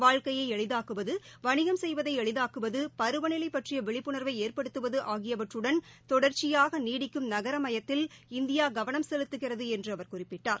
வாழ்க்கையை எளிதாக்குவது வணிகம் செய்வதை எளிதாக்குவது பருவநிலை பற்றிய விழிப்புணா்வை ஏற்படுத்துவது ஆகியவற்றடன் தொடர்ச்சியாக நீடிக்கும் நகரமயத்தில் இந்தியா கவனம் செலுத்துகிறது என்று அவர் குறிப்பிட்டார்